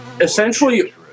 essentially